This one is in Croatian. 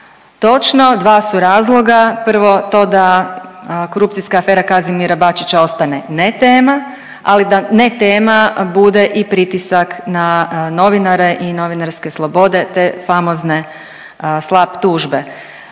Točno, dva su razloga, prvo to da korupcijska afera Kazimira Bačića ostane ne tema, ali da ne tema bude i pritisak na novinare i novinarske slobode te famozne slapp tužbe.